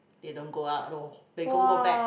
they don't go out lor they go go back